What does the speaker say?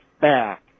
back